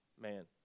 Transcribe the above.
man